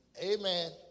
amen